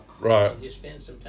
Right